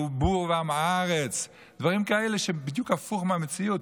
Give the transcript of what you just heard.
שהוא בור ועם הארץ דברים כאלה שהם בדיוק הפוך מהמציאות.